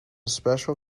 special